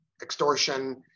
extortion